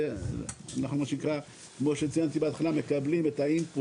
ואנחנו כמו שציינתי בהתחלה מקבלים את ה-input